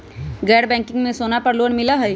गैर बैंकिंग में सोना पर लोन मिलहई?